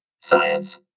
Science